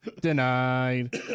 Denied